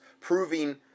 Proving